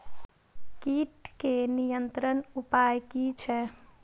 कीटके नियंत्रण उपाय कि छै?